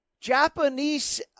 Japanese